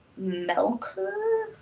Melker